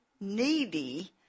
needy